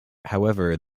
however